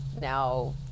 now